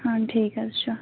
ہاں ٹھیٖک حظ چھُ